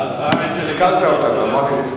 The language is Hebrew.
השכלת אותנו, אמרתי.